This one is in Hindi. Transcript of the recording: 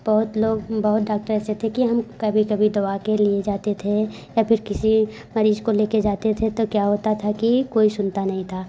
बहुत लोग बहुत डाक्टर ऐसे थे कि हम कभी कभी दवा के लिए जाते थे या फिर किसी मरीज को लेके जाते थे तो क्या होता था कि कोई सुनता नहीं था